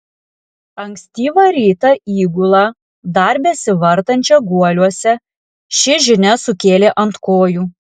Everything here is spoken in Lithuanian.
ankstyvą rytą įgulą dar besivartančią guoliuose ši žinia sukėlė ant kojų